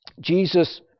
Jesus